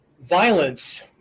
violence